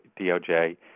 DOJ